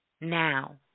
now